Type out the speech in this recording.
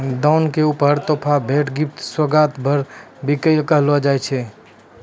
दान क उपहार, तोहफा, भेंट, गिफ्ट, सोगात, भार, भी कहलो जाय छै